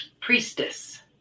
priestess